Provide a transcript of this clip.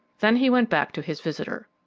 then he went back to his visitor.